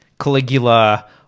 Caligula